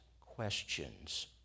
questions